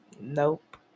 Nope